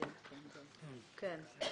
כן.